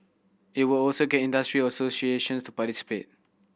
it will also get industry associations to participate